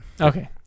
Okay